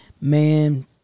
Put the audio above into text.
man